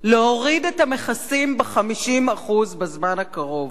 להוריד את המכסים ב-50% בזמן הקרוב?